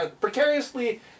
precariously